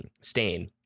Stain